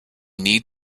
need